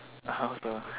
ah the